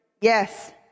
Yes